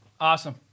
Awesome